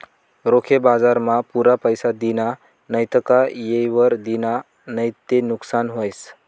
रोखे बजारमा पुरा पैसा दिना नैत का येयवर दिना नैत ते नुकसान व्हस